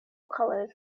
colors